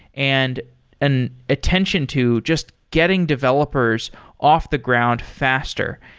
and an attention to just getting developers off the ground faster,